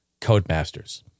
Codemasters